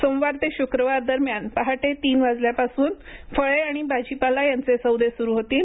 सोमवार ते श्क्रवार दरम्यान पहाटे तीन वाजल्यापासून फळे आणि भाजीपाला यांचे सौदे सुरू होतील